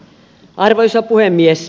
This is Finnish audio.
arvoisa puhemies